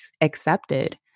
accepted